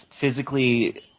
physically